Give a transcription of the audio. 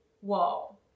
whoa